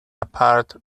apart